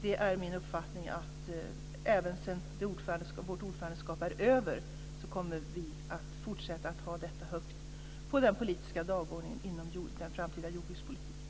Det är min uppfattning att vi även sedan vår ordförandeperiod är över kommer att fortsätta att sätta detta högt på den politiska dagordningen inom den framtida jordbrukspolitiken.